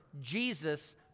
Jesus